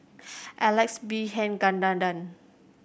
Alex Abisheganaden